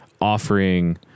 offering